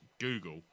Google